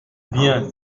bien